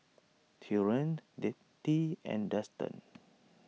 Taurean Nettie and Dustan